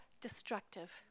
destructive